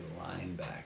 linebacker